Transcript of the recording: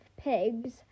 pigs